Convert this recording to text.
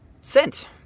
sent